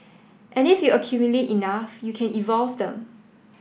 and if you accumulate enough you can evolve them